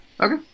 okay